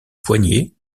poignet